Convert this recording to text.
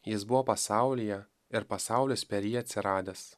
jis buvo pasaulyje ir pasaulis per jį atsiradęs